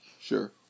Sure